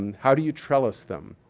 and how do you trellis them?